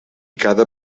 cada